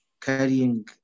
carrying